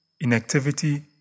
inactivity